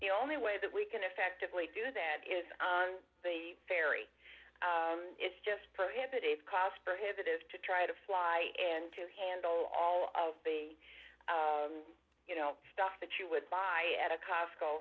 the only way that we can effectively do that is on the ferry it's just prohibitive cost prohibitive to try to fly in to handle all of the you know stuff that you would buy at a cost